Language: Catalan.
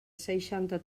seixanta